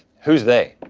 who's they?